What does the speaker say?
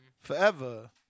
forever